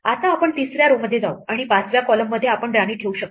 आता आपण तिसऱ्या row मध्ये जाऊ आणि 5व्या columnमध्ये आपण राणी ठेवू शकतो